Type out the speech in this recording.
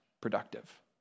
productive